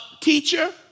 Teacher